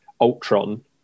ultron